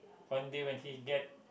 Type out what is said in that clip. one day when he get